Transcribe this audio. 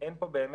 אין פה באמת,